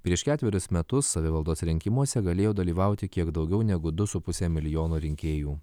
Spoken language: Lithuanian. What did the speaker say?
prieš ketverius metus savivaldos rinkimuose galėjo dalyvauti kiek daugiau negu du su puse milijono rinkėjų